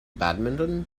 badminton